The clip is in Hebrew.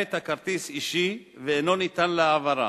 כעת הכרטיס אישי ואינו ניתן להעברה,